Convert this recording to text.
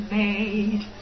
made